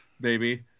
baby